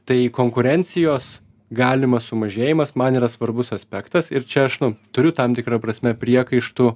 tai konkurencijos galimas sumažėjimas man yra svarbus aspektas ir čia aš nu turiu tam tikra prasme priekaištų